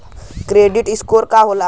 Credit score का होला?